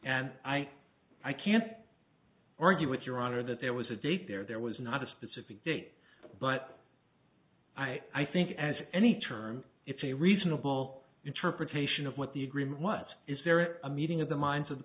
and i i can't argue with your honor that there was a date there there was not a specific date but i i think as any term it's a reasonable interpretation of what the agreement was is there a meeting of the minds of the